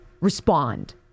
respond